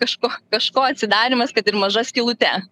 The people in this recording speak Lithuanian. kažko kažko atsidarymas kad ir maža skylute